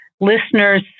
listeners